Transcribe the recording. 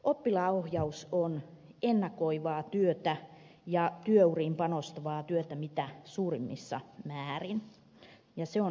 oppilaanohjaus on ennakoivaa työtä ja työuriin panostavaa työtä mitä suurimmassa määrin ja se on investointi